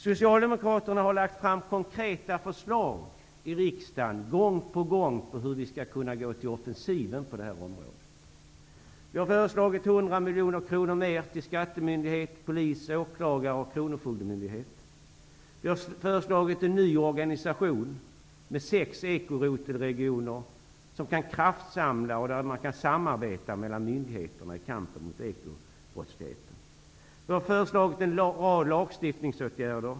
Socialdemokraterna har lagt fram konkreta förslag i riksdagen gång på gång för hur vi skall kunna gå till offensiven på det här området. Vi har föreslagit 100 miljoner kronor mer till skattemyndighet, polis, åklagare och kronofogdemyndighet. Vi har föreslagit en ny organisation med sex ekorotelregioner, som kan kraftsamla och där man kan samarbeta mellan myndigheterna i kampen mot ekobrottsligheten. Vi har föreslagit en rad lagstiftningsåtgärder.